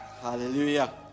hallelujah